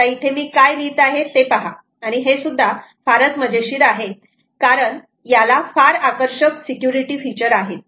आता इथे मी काय लिहित आहे ते पहा आणि हे सुद्धा फारच मजेशीर आहे कारण याला फार आकर्षक सिक्युरिटी फीचर आहे